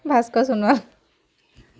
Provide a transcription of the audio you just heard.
Bhaskar Sonowal